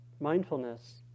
mindfulness